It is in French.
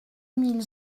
mille